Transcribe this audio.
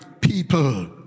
people